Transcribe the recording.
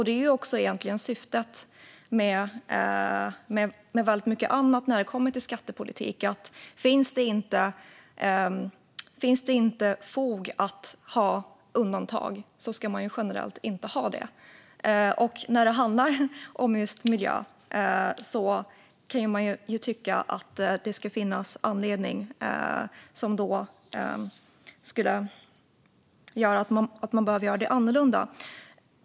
Det är också egentligen syftet med väldigt mycket annat när det kommer till skattepolitik: Finns det inte fog för att ha undantag ska man generellt inte ha det. När det handlar om just miljön kan man ju tycka att det ska finnas en anledning som gör att man behöver göra annorlunda.